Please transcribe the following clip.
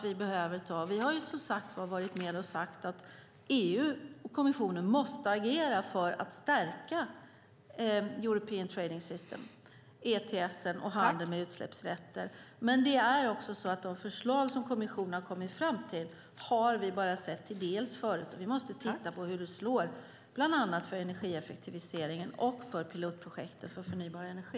Vi har varit med och sagt att EU och kommissionen måste agera för att stärka European Trading System, ETS, och handeln med utsläppsrätter. Men de förslag som kommissionen har kommit fram till har vi bara sett till dels. Vi måste titta på hur det slår bland annat för energieffektiviseringen och pilotprojektet för förnybar energi.